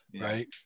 Right